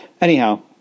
anyhow